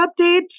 updates